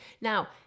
now